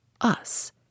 us